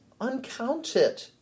uncounted